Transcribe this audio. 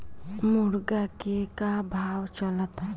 मुर्गा के का भाव चलता?